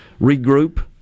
regroup